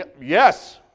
yes